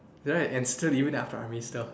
right and still even after army still